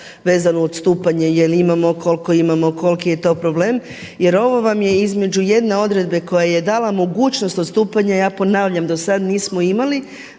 vezano odstupanje, jel' imamo, koliko imamo, koliki je to problem jer ovo vam je između jedne odredbe koja je dala mogućnost odstupanja ja ponavljam do sad nismo imali